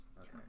okay